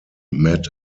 met